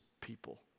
people